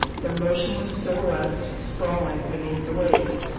their motionless silhouettes sprawling beneath the waves.